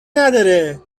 نداره